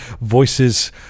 voices